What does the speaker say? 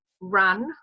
run